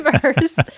first